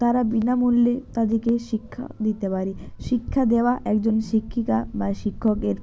তারা বিনামূল্যে তাদেরকে শিক্ষা দিতে পারি শিক্ষা দেওয়া একজন শিক্ষিকা বা শিক্ষকের